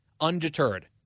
undeterred